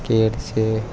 કેળ છે